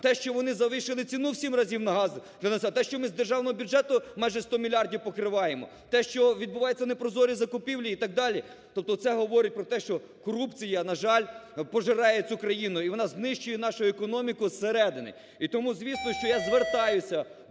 Те, що вони завищили ціну у сім разів на газ для населення, те, що ми з державного бюджету майже 100 мільярдів покриваємо, те, що відбуваються не прозорі закупівлі і так далі, тобто це говорить про те, що корупція, на жаль, пожирає цю країну і вона знищує нашу економіку з середини. І тому звісно, що я звертаюся до